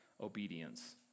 obedience